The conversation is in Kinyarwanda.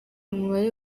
umubare